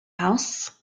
house